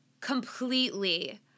completely